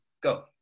go